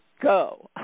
go